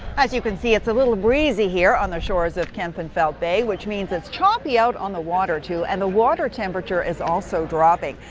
as you can see, it's a little breezy on the shores of kempenfelt bay, which means it's choppy out on the water too, and the water temperature is also dropping.